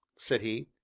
said he.